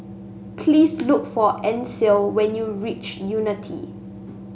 please look for Ancel when you reach Unity